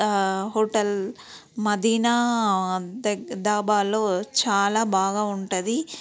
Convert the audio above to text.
hotel Madina దగ్గ దాబాలో చాలా బాగా ఉంటుంది